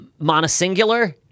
Monosingular